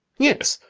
yes,